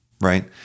Right